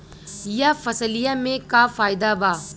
यह फसलिया में का फायदा बा?